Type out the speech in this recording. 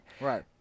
Right